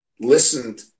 listened